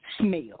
smell